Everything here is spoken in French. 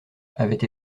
avaient